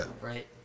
Right